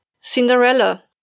Cinderella